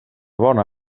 bona